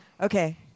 Okay